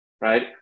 right